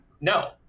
no